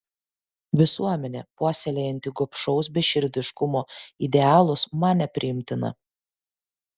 visuomenė puoselėjanti gobšaus beširdiškumo idealus man nepriimtina